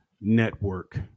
network